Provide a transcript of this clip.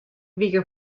wie